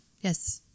Yes